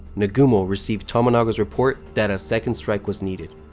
nagumo received tomonaga's report that a second strike was needed.